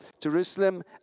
Jerusalem